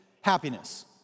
happiness